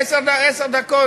עשר דקות.